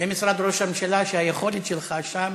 למשרד ראש הממשלה, שהיכולת שלך שם